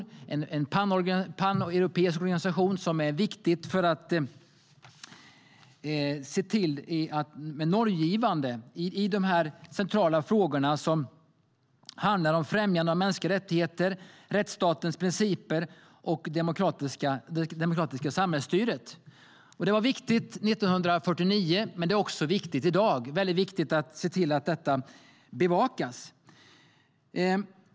Det är en paneuropeisk organisation som är normgivande i centrala frågor som handlar om främjande av mänskliga rättigheter, rättsstatens principer och det demokratiska samhällsstyret. Det var viktigt 1949 men också viktigt i dag att se till att detta bevakas.